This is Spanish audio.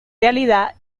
realidad